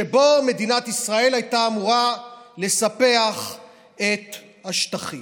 שבו מדינת ישראל הייתה אמורה לספח את השטחים,